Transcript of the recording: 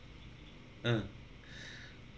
uh